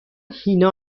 هینا